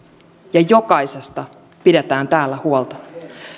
ja jokaisesta pidetään täällä huolta